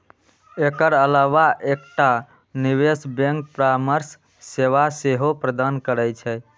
एकर अलावा एकटा निवेश बैंक परामर्श सेवा सेहो प्रदान करै छै